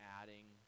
adding